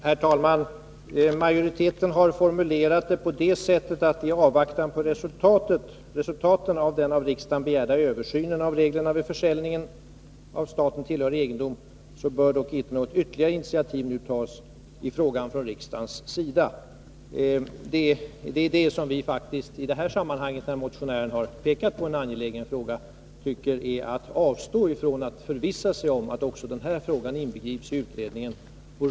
Herr talman! Majoriteten har formulerat sig på följande sätt: ”I avvaktan på resultaten av den av riksdagen begärda översynen av reglerna vid försäljning av staten tillhörig egendom bör dock inte något ytterligare initiativ nu tas i frågan från riksdagens sida.” Motionären har pekat på en angelägen fråga, och vi tycker att utskottet för företagare med denna skrivning avstår från att förvissa sig om att också den frågan inbegrips i utredningen.